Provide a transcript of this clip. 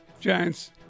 Giants